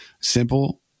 simple